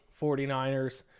49ers